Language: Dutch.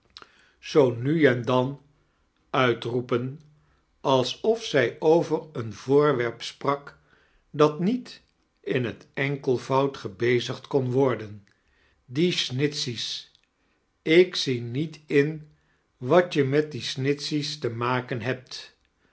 zoo nu en dan uitroepen ajsof zij over een voorwerp sprak dat niet in het enkelviaud gebeaigd kon worden die snitehey s ik zie niet in wat je met die snitehey s te maken hetot